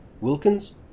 Wilkins